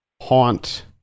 Haunt